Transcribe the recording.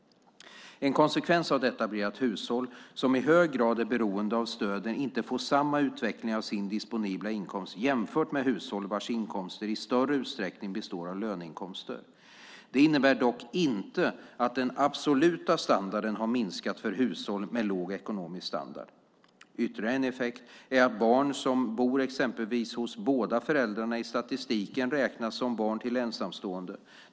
En konsekvens av detta blir att hushåll som i hög grad är beroende av stöden inte får samma utveckling av sin disponibla inkomst jämfört med hushåll vars inkomster i större utsträckning består av löneinkomster. Det innebär dock inte att den absoluta standarden har minskat för hushåll med låg ekonomisk standard. Ytterligare en effekt är att barn som bor växelvis hos båda föräldrarna i statistiken räknas som barn till ensamstående.